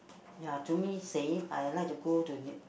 ya to me same I like to go to near~